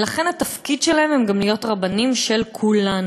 ולכן התפקיד שלהם הוא גם להיות רבנים של כולנו.